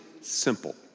simple